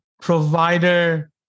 provider